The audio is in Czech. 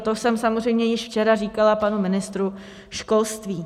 To jsem samozřejmě již včera říkala panu ministru školství.